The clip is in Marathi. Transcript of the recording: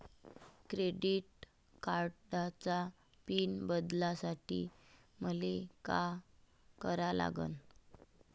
क्रेडिट कार्डाचा पिन बदलासाठी मले का करा लागन?